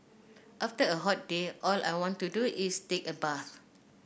after a hot day all I want to do is take a bath